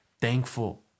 thankful